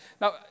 Now